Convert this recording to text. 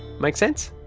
make sense?